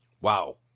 Wow